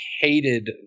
hated